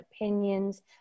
opinions